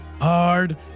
hard